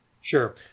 Sure